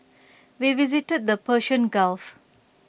we visited the Persian gulf